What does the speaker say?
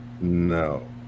No